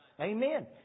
Amen